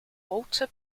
walter